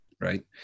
right